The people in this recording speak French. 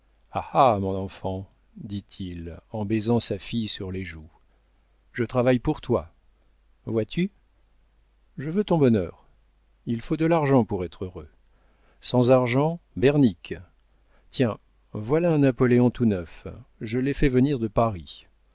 ah mon enfant dit-il en baisant sa fille sur les joues je travaille pour toi vois-tu je veux ton bonheur il faut de l'argent pour être heureux sans argent bernique tiens voilà un napoléon tout neuf je l'ai fait venir de paris